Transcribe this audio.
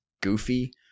goofy